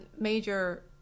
major